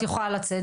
את יכולה לצאת.